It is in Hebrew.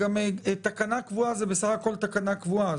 שתקנה קבועה היא בסך הכול תקנה קבועה.